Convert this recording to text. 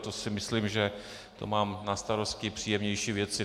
To si myslím, že mám na starosti příjemnější věci.